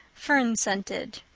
fern-scented,